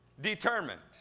determined